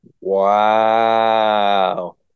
Wow